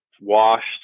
washed